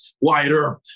wider